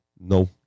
No